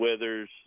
withers